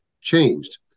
changed